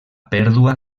pèrdua